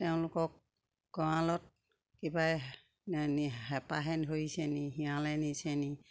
তেওঁলোকক গঁৰালত কিবা হেপাহে ধৰিছেনি হিয়ালে নিছেনি